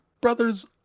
brother's